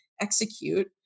execute